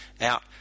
out